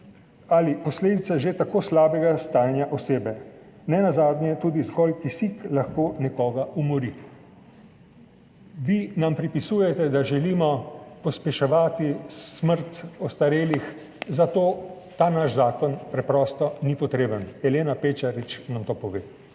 ali posledica že tako slabega stanja osebe. Nenazadnje tudi zgolj kisik lahko nekoga umori.« Vi nam pripisujete, da želimo pospeševati smrt ostarelih, zato ta naš zakon preprosto ni potreben. Elena Pečarič nam to pove.